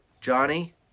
Johnny